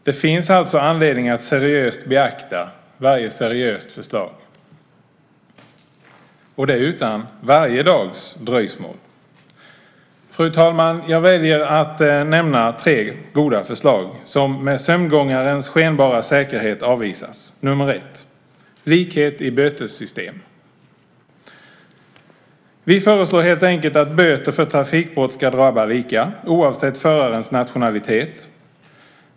Det finns alltså anledning att seriöst beakta varje seriöst förslag och det utan varje dags dröjsmål. Fru talman! Jag väljer att nämna tre goda förslag som med sömngångarens skenbara säkerhet avvisas. Nr 1: Likhet i bötessystemet. Vi föreslår helt enkelt att böter för trafikbrott ska drabba lika, oavsett förarens nationalitet.